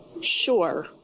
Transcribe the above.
Sure